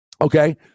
Okay